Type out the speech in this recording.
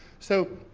so,